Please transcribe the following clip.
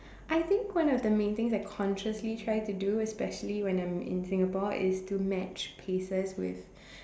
I think one of the main things I consciously try to do especially when I'm in Singapore is to match paces with